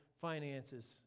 finances